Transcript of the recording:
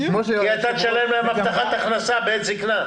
אתה תשלם להם הבטחת הכנסת בעת זקנה.